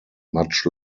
much